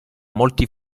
molti